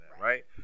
right